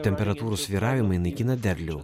temperatūrų svyravimai naikina derlių